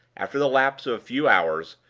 after the lapse of a few hours,